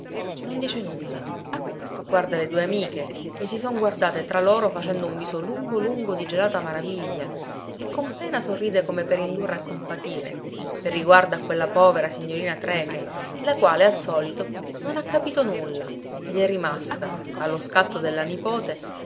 non dice nulla guarda le due amiche che si son guardate tra loro facendo un viso lungo lungo di gelata maraviglia e con pena sorride come per indurre a compatire per riguardo a quella povera signorina trecke la quale al solito non ha capito nulla ed è rimasta allo scatto della nipote